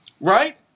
Right